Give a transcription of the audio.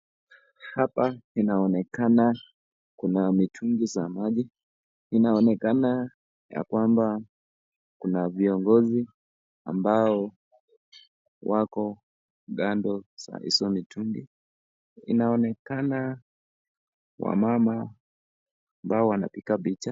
Hapa inaonekana kuna mitungi za maji. Inaonekana ya kwamba kuna viongozi ambao wako kando ya hizo mitungi. Inaonekana ni wamama ambao wanapiga picha.